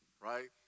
right